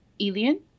Elian